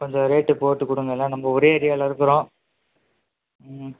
கொஞ்சம் ரேட்டு போட்டுக்கொடுங்க ஏனால் நம்ம ஒரே ஏரியாவில் இருக்கிறோம் ம்